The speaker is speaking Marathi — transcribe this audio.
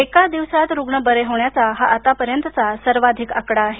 एका दिवसात रुग्ण बरे होण्याचा हा आतापर्यंतचा सर्वाधित आकडा आहे